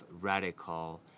radical